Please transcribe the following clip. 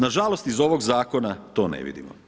Nažalost iz ovog zakona to ne vidimo.